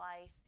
life